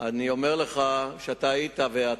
אני אומר לך שאתה היית ויצאת,